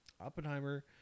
Oppenheimer